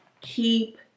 Keep